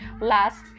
last